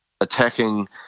attacking